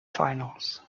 finals